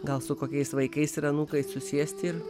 gal su kokiais vaikais ir anūkais susėsti ir